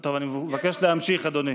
טוב, אני מבקש להמשיך, אדוני.